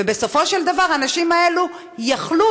ובסופו של דבר האנשים האלה יכלו,